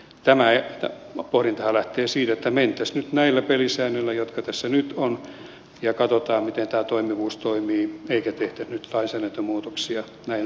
tämä pohdintahan lähtee siitä että mentäisiin nyt näillä pelisäännöillä jotka tässä nyt ovat ja katsotaan miten tämä toimivuus toimii eikä tehtäisi nyt lainsäädäntömuutoksia näiltä osin